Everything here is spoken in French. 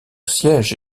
siège